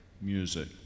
music